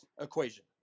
equation